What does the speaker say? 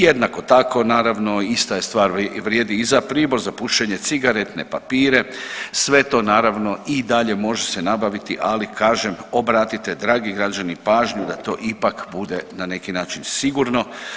Jednako tako naravno ista je stvar vrijedi i za pribor za pušenje, cigaretne papire sve to naravno i dalje može se nabaviti, ali kažem obratite dragi građani pažnju da to ipak bude na neki način sigurno.